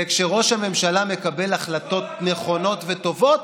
וכשראש הממשלה מקבל החלטות נכונות וטובות,